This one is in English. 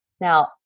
Now